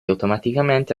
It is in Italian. automaticamente